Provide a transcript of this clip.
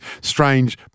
strange